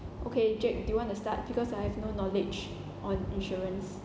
okay jack do you want to start because I have no knowledge on insurance